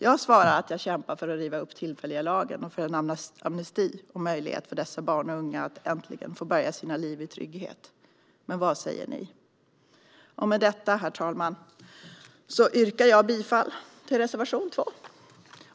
Jag svarar att jag kämpar för att riva upp den tillfälliga lagen och för en amnesti och möjlighet för dessa barn och unga att äntligen få börja sitt liv i trygghet. Men vad säger ni? Med detta, herr talman, yrkar jag bifall till reservation 2.